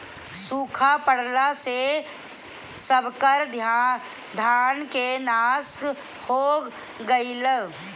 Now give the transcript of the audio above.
सुखा पड़ला से सबकर धान के नाश हो गईल